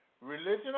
religion